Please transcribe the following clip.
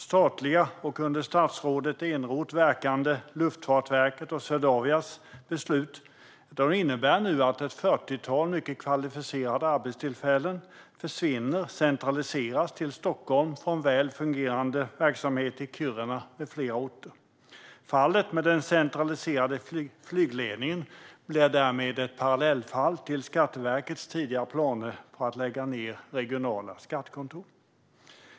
Statliga och under statsrådet Eneroth verkande Luftfartsverkets och Swedavias beslut innebär att ett fyrtiotal kvalificerade arbetstillfällen nu försvinner och centraliseras till Stockholm från väl fungerande verksamhet i Kiruna med flera orter. Fallet med den centraliserade flygledningen blir därmed ett parallellfall till Skatteverkets tidigare planer på att lägga ned regionala skattekontor.